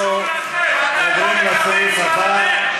אנחנו עוברים לנושא הבא,